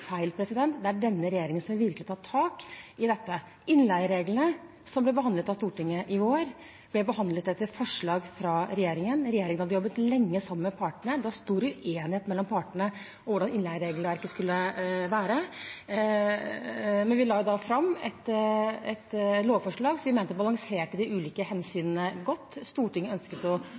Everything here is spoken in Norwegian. feil. Det er denne regjeringen som virkelig har tatt tak i dette. Innleiereglene som ble behandlet av Stortinget i vår, ble behandlet etter forslag fra regjeringen. Regjeringen hadde jobbet lenge sammen med partene. Det var stor uenighet mellom partene om hvordan innleieregelverket skulle være, men vi la fram et lovforslag som vi mente balanserte de ulike hensynene godt. Stortinget ønsket å